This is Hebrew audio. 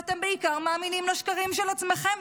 ואתם בעיקר מאמינים לשקרים של עצמכם.